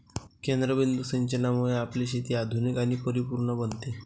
केंद्रबिंदू सिंचनामुळे आपली शेती आधुनिक आणि परिपूर्ण बनते